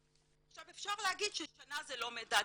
אפשר להגיד ששנה זה לא מדד,